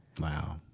Wow